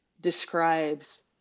describes